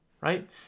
right